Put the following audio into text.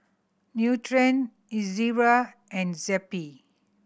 Nutren Ezerra and Zappy